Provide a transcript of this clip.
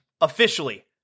officially